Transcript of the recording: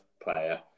Player